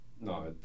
No